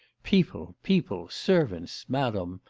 people, people, servants, madam,